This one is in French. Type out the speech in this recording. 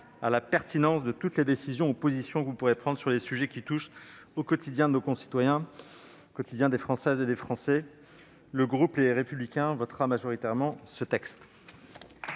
à la pertinence de toutes les décisions ou positions que vous pourrez prendre sur les sujets qui touchent au quotidien de nos concitoyens. Le groupe Les Républicains votera majoritairement ce texte.